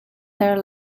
ter